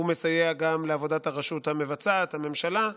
מסייע גם לעבודת הרשות המבצעת, הממשלה,